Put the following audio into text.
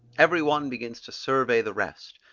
every one begins to survey the rest,